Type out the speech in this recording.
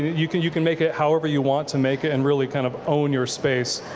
you can you can make it however you want to make it and really kind of own your space.